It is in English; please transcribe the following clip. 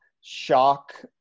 shock